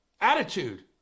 attitude